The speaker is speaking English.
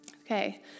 Okay